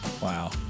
Wow